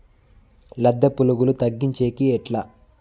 లద్దె పులుగులు తగ్గించేకి ఎట్లా?